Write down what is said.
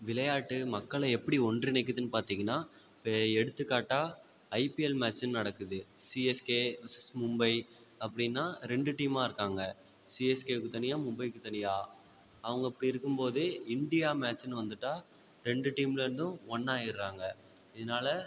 விளையாட்டு மக்களை எப்படி ஒன்றிணைக்கிதுனு பார்த்திங்கன்னா இப்போ எடுத்துக்காட்டாக ஐபிஎல் மேட்ச்சுனு நடக்குது சிஎஸ்கே வெசஸ் மும்பை அப்படினா ரெண்டு டீம்மாக இருக்காங்க சிஎஸ்கேவுக்கு தனியாக மும்பைக்கு தனியாக அவங்க அப்படி இருக்கும் போது இண்டியா மேட்ச்சுனு வந்துட்டால் ரெண்டு டீமில் இருந்தும் ஒன்றாயிட்றாங்க இதனால